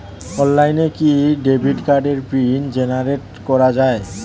অনলাইনে কি ডেবিট কার্ডের পিন জেনারেট করা যায়?